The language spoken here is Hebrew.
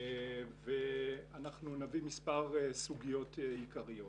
אנחנו נביא מספר סוגיות עיקריות.